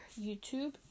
YouTube